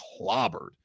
clobbered